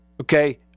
okay